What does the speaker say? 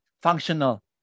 functional